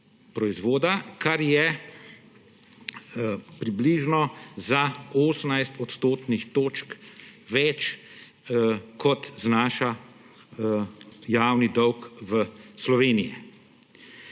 kar je približno za 18 odstotnih točk več, kot znaša javni dolg v Sloveniji.